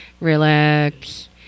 relax